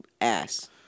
ass